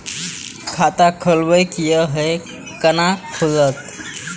खाता खोलवाक यै है कोना खुलत?